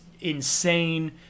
insane